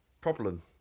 problem